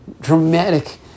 dramatic